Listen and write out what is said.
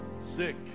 sick